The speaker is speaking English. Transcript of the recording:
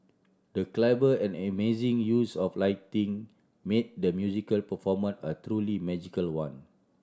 the clever and amazing use of lighting made the musical performance a truly magical one